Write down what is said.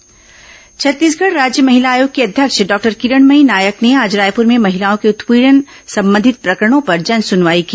महिला आयोग सुनवाई छत्तीसगढ़ राज्य महिला आयोग की अध्यक्ष डॉक्टर किरणमयी नायक ने आज रायपुर में महिलाओं के उत्पीड़न संबंधित प्रकरणों पर जनसुनवाई की